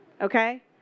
okay